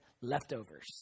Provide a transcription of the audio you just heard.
leftovers